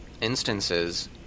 instances –